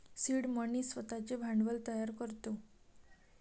seed money स्वतःचे भांडवल तयार करतो